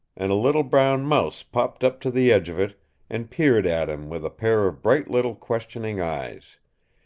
and a little brown mouse popped up to the edge of it and peered at him with a pair of bright little questioning eyes.